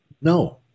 No